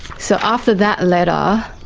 so after that letter,